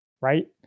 Right